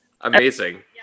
amazing